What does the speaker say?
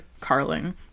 carling